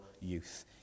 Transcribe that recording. youth